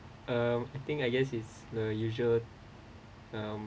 uh I think I guess it's the usual um